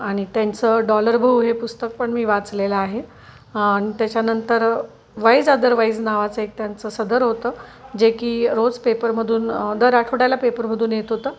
आणि त्यांचं डॉलर बहू हे पुस्तक पण मी वाचलेलं आहे आणि त्याच्यानंतर वाईज अदरवाईज नावाचं एक त्यांचं सदर होतं जे की रोज पेपरमधून दर आठवड्याला पेपरमधून येत होतं